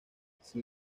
sin